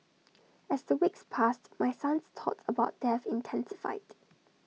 as the weeks passed my son's thoughts about death intensified